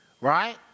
right